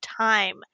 time